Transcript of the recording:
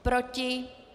Proti?